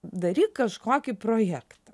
daryk kažkokį projektą